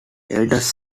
eldest